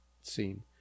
scene